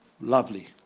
Lovely